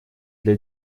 для